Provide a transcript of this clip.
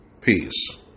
Peace